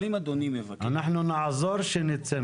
אבל אם אדוני מבקש --- נעזור לצאת מזה.